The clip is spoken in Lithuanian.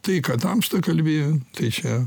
tai ką tamsta kalbėjo tai čia